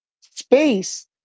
space